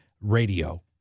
radio